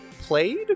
played